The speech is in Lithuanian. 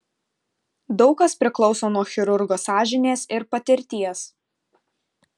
daug kas priklauso nuo chirurgo sąžinės ir patirties